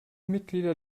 mitglieder